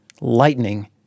lightning